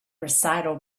recital